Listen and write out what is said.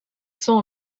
saw